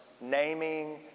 naming